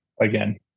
again